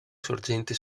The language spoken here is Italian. sorgente